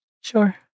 sure